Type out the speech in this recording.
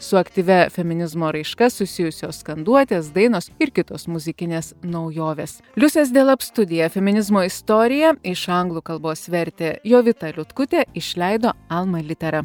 su aktyvia feminizmo raiška susijusios skanduotės dainos ir kitos muzikinės naujovės liusės delap studiją feminizmo istorija iš anglų kalbos vertė jovita liutkutė išleido alma litera